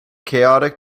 chaotic